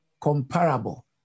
Comparable